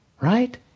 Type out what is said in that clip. right